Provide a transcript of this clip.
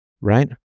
right